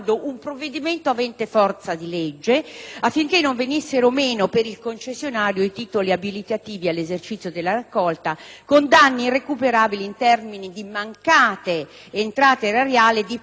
i titoli abilitativi all'esercizio della raccolta, con danni irrecuperabili in termini di mancate entrate erariali e di perdita di avviamento del gioco stesso. Pertanto, nel corso dell'esame presso la Camera dei deputati,